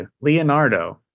Leonardo